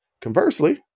Conversely